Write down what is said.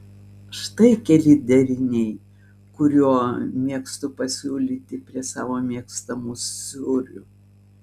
štai keli deriniai kuriuo mėgstu pasiūlyti prie savo mėgstamų sūrių